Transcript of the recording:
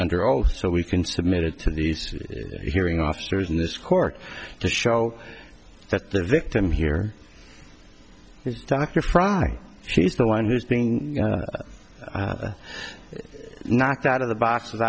under oath so we can submit it to these hearing officers in this court to show that the victim here she's the one who's being knocked out of the boxes